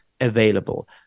available